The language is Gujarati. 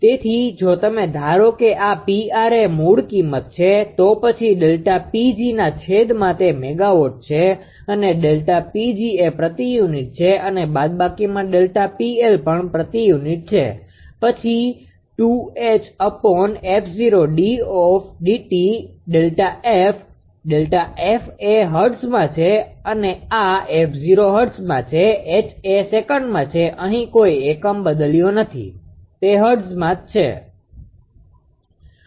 તેથી જો તમે ધારો કે આ 𝑃𝑟 એ મૂળકિંમત છે તો પછી ΔPgના છેદમાં તે મેગાવોટ છે અને ΔPg એ પ્રતિ યુનિટ છે અને બાદબાકીમાં ΔPL પણ પ્રતિ યુનિટ છે પછી એ હર્ટ્ઝમાં છે આ 𝑓0 હર્ટ્ઝમાં છે H એ સેકન્ડમાં છે અહીં કોઈ એકમ બદલ્યો નથી તે હર્ટ્ઝમાં છે